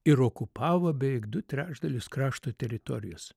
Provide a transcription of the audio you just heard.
ir okupavo beveik du trečdalius krašto teritorijos